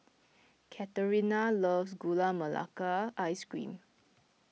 Katharina loves Gula Melaka Ice Cream